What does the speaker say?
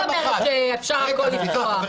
את אומרת שאפשר את הכול לפתוח.